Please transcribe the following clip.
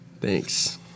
Thanks